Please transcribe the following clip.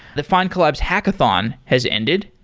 the findcolalbs hackathon has ended.